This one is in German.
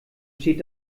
steht